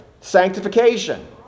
Sanctification